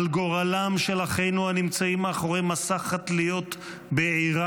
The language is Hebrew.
על גורלם של אחינו הנמצאים מאחורי מסך התליות בעיראק,